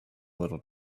little